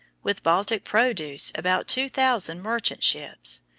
with baltic produce about two thousand merchant ships,